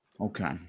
Okay